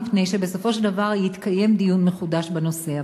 מפני שבסופו של דבר יתקיים דיון מחודש בנושא,